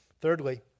Thirdly